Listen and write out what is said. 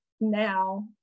now